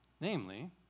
namely